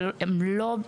אבל הן לא,